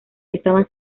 estaban